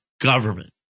government